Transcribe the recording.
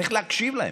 צריך להקשיב להם.